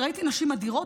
וראיתי נשים אדירות,